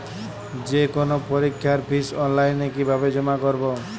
যে কোনো পরীক্ষার ফিস অনলাইনে কিভাবে জমা করব?